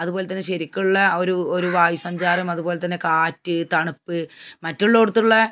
അതുപോലെതന്നെ ശരിക്കുള്ള അ ഒരു ഒരു വായുസഞ്ചാരം അതുപോലെതന്നെ കാറ്റ് തണുപ്പ് മറ്റുള്ളയിടത്തുള്ള